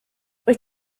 wyt